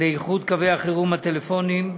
לאיחוד קווי החירום הטלפוניים,